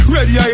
Ready